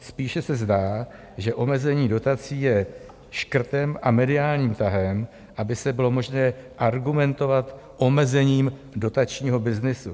Spíše se zdá, že omezení dotací je škrtem a mediálním tahem, aby bylo možno argumentovat omezením dotačního byznysu.